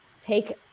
take